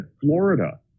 Florida